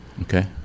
Okay